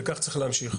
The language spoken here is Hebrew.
וכך צריך להמשיך.